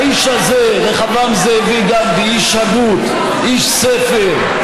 האיש הזה, רחבעם זאבי גנדי, איש הגות, איש ספר,